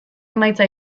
emaitza